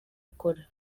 akora